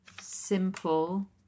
simple